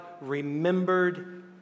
remembered